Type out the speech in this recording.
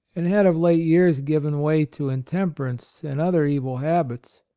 and had of late years given way to intemper ance and other evil habits.